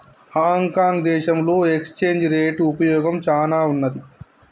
Hong Kong దేశంలో exchange rate ఉపయోగం చానా ఉన్నాది